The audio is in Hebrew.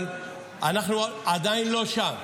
אבל אנחנו עדיין לא שם.